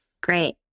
Great